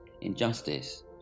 injustice